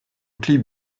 clip